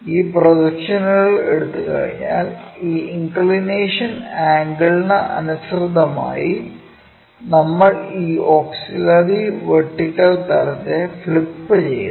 ഈ പ്രൊജക്ഷനുകൾ എടുത്തുകഴിഞ്ഞാൽ ഈ ഇൻക്ലിനേഷൻ ആംഗിളിനു അനുസൃതമായി നമ്മൾ ഈ ഓക്സിലറി വെർട്ടിക്കൽ തലത്തെ ഫ്ലിപ്പുചെയ്യുന്നു